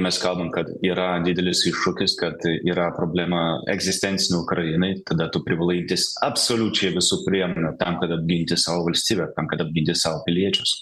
mes kalbam kad yra didelis iššūkis kad yra problema egzistencinių ukrainai tada tu privalai imtis absoliučiai visų priemonių tam kad apginti savo valstybę tam kad apginti savo piliečius